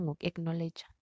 acknowledge